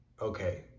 okay